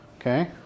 Okay